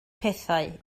pethau